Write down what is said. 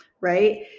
right